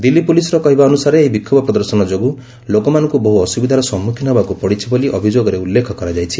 ଦିଲ୍ଲୀ ପୋଲିସ୍ର କହିବା ଅନୁସାରେ ଏହି ବିକ୍ଷୋଭ ପ୍ରଦର୍ଶନ ଯୋଗୁଁ ଲୋକମାନଙ୍କୁ ବହୁ ଅସୁବିଧାର ସମ୍ମୁଖୀନ ହେବାକୁ ପଡ଼ିଛି ବୋଲି ଅଭିଯୋଗରେ ଉଲ୍ଲେଖ କରାଯାଇଛି